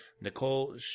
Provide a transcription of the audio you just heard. Nicole